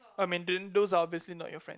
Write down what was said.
I mean then those are obviously not your friend